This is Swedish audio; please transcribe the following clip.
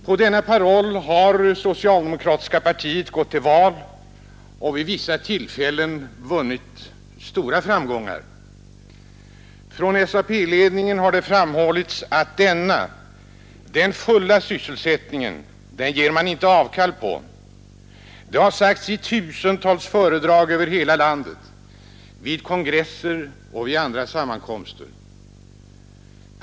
På denna paroll har socialdemokratiska partiet gått till val och vid vissa tillfällen vunnit stora framgångar. Från SAP-ledningen har det framhållits att denna ”den fulla sysselsättningen” ger man inte avkall på. Det har sagts i tusentals föredrag över hela landet, vid kongresser och andra sammankomster.